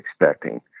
expecting